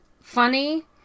funny